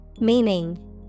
Meaning